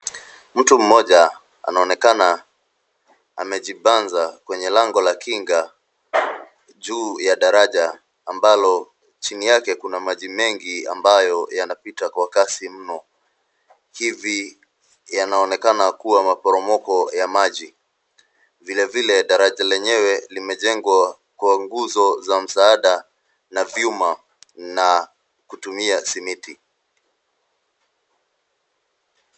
Mtu mmoja anaonekana amejibanza kwenye lango la kinga juu ya daraja ambalo chini yake kuna maji mengi ambayo yanapita kwa kasi mno. Hivi yanaonekana kuwa maporomoko ya maji. Vile vile, daraja lenyewe limejengwa kwa nguzo za msaada na vyuma na kutumia simiti.